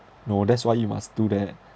no that's why you must do that